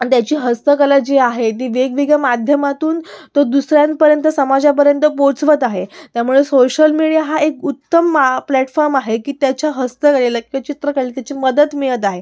त्याची हस्तकला जी आहे ती वेगवेगळ्या माध्यमातून तो दुसऱ्यांपर्यंत समाजापर्यंत पोहोचवत आहे त्यामुळे सोशल मिडिया हा एक उत्तम मा प्लॅटफॉर्म आहे की त्याच्या हस्तकलेला किंवा चित्रकलेला त्याची मदत मिळत आहे